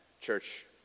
church